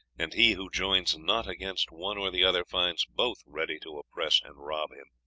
and he who joins not against one or the other finds both ready to oppress and rob him.